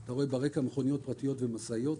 אתה רואה ברקע מכוניות פרטיות ומשאיות.